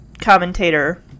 commentator